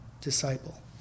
disciple